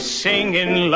singing